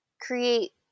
create